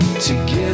together